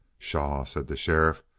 pshaw, said the sheriff.